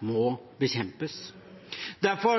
må bekjempes. Derfor